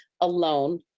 alone